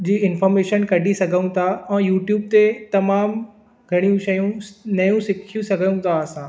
जी information कढी सघूं था ऐं यूट्यूब ते तमामु घणी शयूं नयूं सिखी सघूं था असां